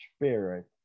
spirit